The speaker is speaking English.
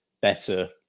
better